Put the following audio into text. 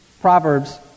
Proverbs